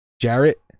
Jarrett